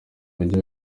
mujyi